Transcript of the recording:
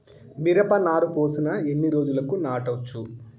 మిరప నారు పోసిన ఎన్ని రోజులకు నాటచ్చు?